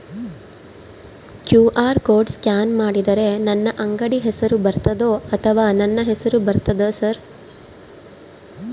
QR code scan ಮಾಡಿದರೆ ನನ್ನ ಅಂಗಡಿ ಹೆಸರು ಬರ್ತದೋ ಅಥವಾ ನನ್ನ ಹೆಸರು ಬರ್ತದ ಸರ್?